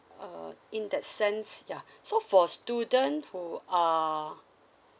uh in that sense ya so for student who are